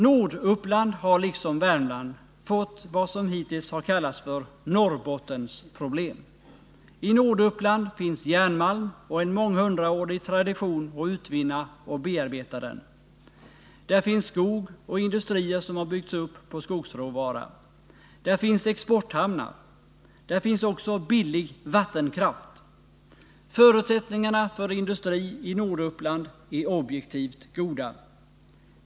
Norduppland har, liksom Värmland, fått vad som hittills har kallats för Norrbottensproblem. I Norduppland finns järnmalm och en månghundraårig tradition att utvinna och bearbeta den. Där finns skog och industrier som har byggts upp på skogsråvara. Där finns exporthamnar. Där finns också billig vattenkraft. Förutsättningarna för industri i Norduppland är objektivt goda.